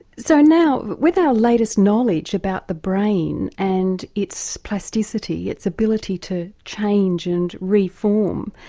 so now, with our latest knowledge about the brain and its plasticity, its ability to change and re-form,